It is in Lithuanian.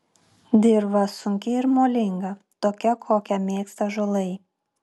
dirva sunki ir molinga tokia kokią mėgsta ąžuolai